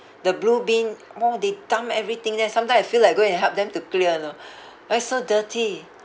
the blue bin !wah! they dump everything there sometime I feel like go and help them to clear you know !wah! so dirty